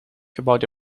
gebouwd